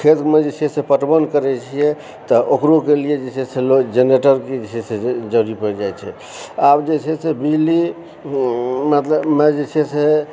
खेतमे जे छै से पटवन करय छियै तऽ ओकरोके लिए जे छै से जेनरेटरके जे छै से जरुरी पड़ि जाइ छै आब जे छै से बिजलीमे जे छै से